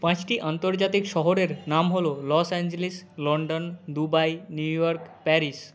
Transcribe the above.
পাঁচটি আন্তর্জাতিক শহরের নাম হলো Los Angeles London Dubai New York Paris